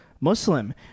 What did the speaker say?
muslim